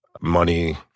money